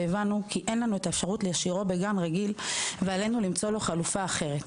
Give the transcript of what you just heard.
הבנו שאין לנו אפשרות להשאירו בגן רגיל ועלינו למצוא לו חלופה אחרת.